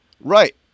Right